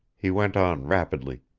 he went on rapidly.